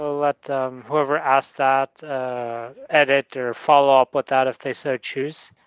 let whoever asked that edit or follow up with that if they so choose.